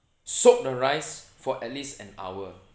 soak the rice for at least an hour